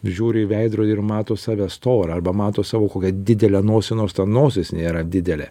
žiūri į veidrodį ir mato save storą arba mato savo kokią didelę nosį nors ta nosis nėra didelė